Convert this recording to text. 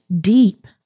deep